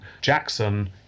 Jackson